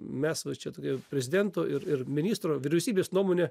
mes va čia tokia prezidento ir ir ministro vyriausybės nuomone